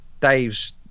Dave's